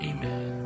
Amen